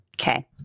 Okay